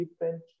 different